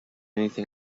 anything